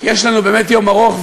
כי יש לנו באמת יום ארוך,